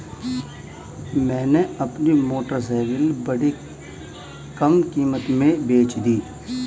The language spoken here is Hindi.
मैंने अपनी मोटरसाइकिल बड़ी कम कीमत में बेंच दी